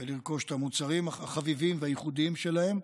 ולרכוש את המוצרים החביבים והייחודיים שלהן,